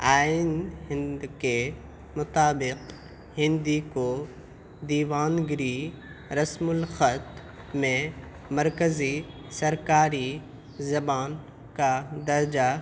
آئین ہند کے مطابق ہندی کو دیوناگری رسم الخط میں مرکزی سرکاری زبان کا درجہ